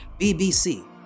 BBC